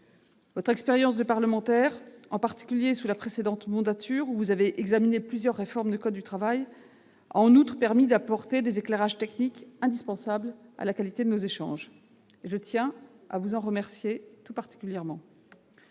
Votre expérience de parlementaire, en particulier sous la précédente législature, où vous avez examiné plusieurs réformes du code du travail, a, en outre, permis d'apporter des éclairages techniques indispensables à la qualité de nos échanges. Je tiens à vous en remercier tout particulièrement.